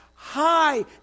High